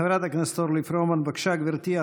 חברת הכנסת אורלי פרומן, בבקשה, גברתי.